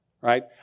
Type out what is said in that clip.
right